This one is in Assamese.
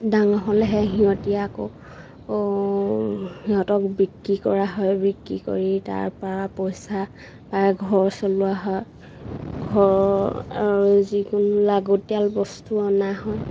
ডাঙৰ হ'লেহে সিহঁতি আকৌ সিহঁতক বিক্ৰী কৰা হয় বিক্ৰী কৰি তাৰপৰা পইচা বা ঘৰ চলোৱা হয় ঘৰ আৰু যিকোনো লাগতীয়াল বস্তু অনা হয়